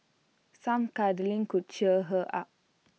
some cuddling could cheer her up